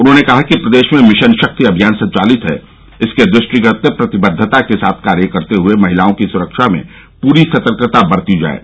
उन्होंने कहा कि प्रदेश में मिशन शक्ति अभियान संचालित है इसके दृष्टिगत प्रतिबद्वता के साथ कार्य करते हुए महिलाओं की सुरक्षा में पूरी सतर्कता बरती जाये